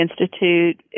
Institute